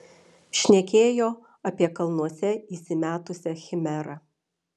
šnekėjo apie kalnuose įsimetusią chimerą